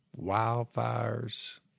wildfires